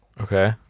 okay